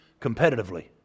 competitively